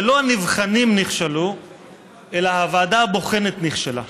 שלא הנבחנים נכשלו אלא הוועדה הבוחנת נכשלה.